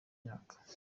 imyaka